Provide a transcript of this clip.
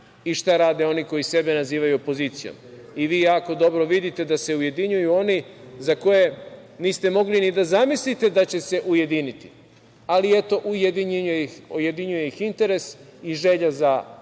i šta rade oni koji sebe nazivaju opozicijom, i vi jako dobro vidite da se ujedinjuju oni za koje niste mogli ni da zamislite da će se ujediniti, ali eto ujedinjuje ih interes i želja za vlast i